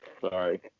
sorry